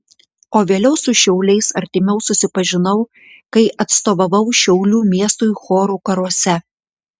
o vėliau su šiauliais artimiau susipažinau kai atstovavau šiaulių miestui chorų karuose